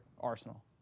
arsenal